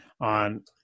on